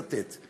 תרשו לי לצטט: